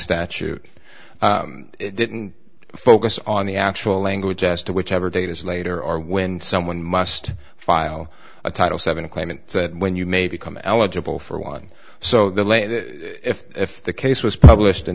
statute it didn't focus on the actual language as to whichever date is later or when someone must file a title seven claimant when you may become eligible for one so the later if if the case was published in